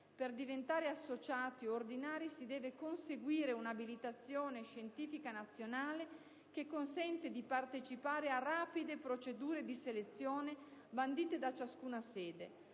Per diventare associati o ordinari si deve conseguire un'abilitazione scientifica nazionale che consente di partecipare a rapide procedure di selezione bandite da ciascuna sede.